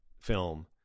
film